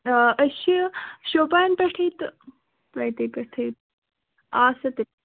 آ أسۍ چھِ شوپیان پٮ۪ٹھٕے تہٕ تٔتی پٮ۪ٹھٕے آدٕ سا تُلِو